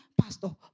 Pastor